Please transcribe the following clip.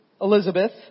Elizabeth